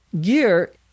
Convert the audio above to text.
Gear